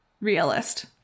realist